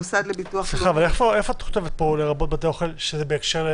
איפה כתוב העניין של משלוחים